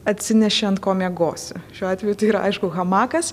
atsineši ant ko miegosi šiuo atveju tai yra aišku hamakas